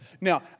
Now